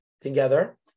together